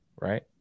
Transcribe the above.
right